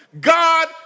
God